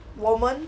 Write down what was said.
我们